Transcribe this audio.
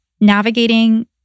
navigating